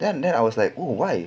then then I was like oh why